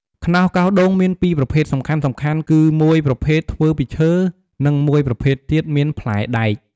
ខ្នោសកោសដូងមានពីរប្រភេទសំខាន់ៗ គឺមួយប្រភេទធ្វើពីឈើ និងមួយប្រភេទទៀតមានផ្លែដែក។